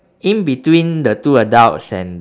in between the two adults and